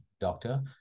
doctor